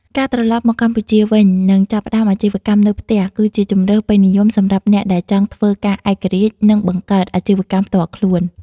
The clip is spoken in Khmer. ការត្រឡប់មកកម្ពុជាវិញ និងចាប់ផ្តើមអាជីវកម្មនៅផ្ទះ គឺជាជម្រើស ពេញនិយមសម្រាប់អ្នកដែលចង់ធ្វើការឯករាជ្យ និងបង្កើតអាជីវកម្មផ្ទាល់ខ្លួន។